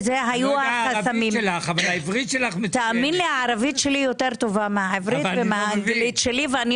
הערבית שלי יותר טובה מהעברית שלי ומהאנגלית.